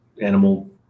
animal